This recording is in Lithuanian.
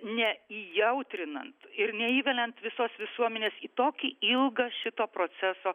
ne įjautrinant ir neįveliant visos visuomenės į tokį ilgą šito proceso